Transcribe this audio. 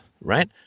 right